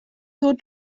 ddod